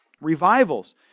revivals